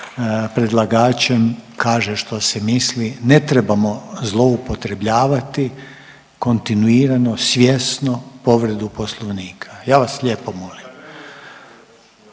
predlagačem kaže što se misli. Ne trebamo zloupotrebljavati kontinuirano, svjesno povredu poslovnika, ja vas lijepo molim.